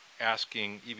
asking